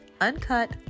uncut